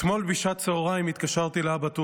אתמול בשעת צוהריים התקשרתי לאבא טוביה.